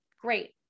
Great